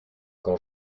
quand